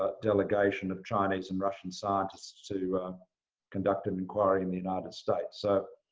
ah delegation of chinese and russian scientists to um conduct an inquiry in the united states? so